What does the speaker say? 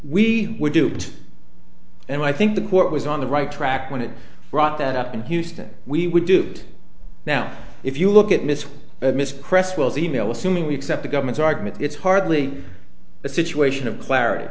we were duped and i think the court was on the right track when it brought that up in houston we would do it now if you look at miss miss cresswell as email assuming we accept the government's argument it's hardly a situation of clarity